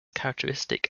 characteristic